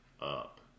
up